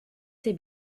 ses